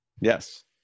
yes